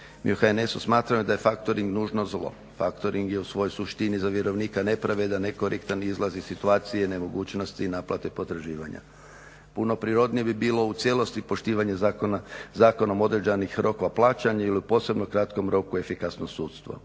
Mi u HNS-u smatramo da je factoring nužno zlo, factoring je u svojoj suštini za vjerovnika nepravedan, nekorektan i izlazi iz situacije nemogućnosti i naplate potraživanja. Puno prirodnije bi bilo u cijelosti poštivanje zakonom određenih rokova plaćanja ili u posebno kratkom roku efikasno sudstvo.